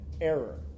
error